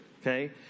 okay